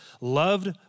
loved